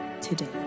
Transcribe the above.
today